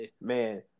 Man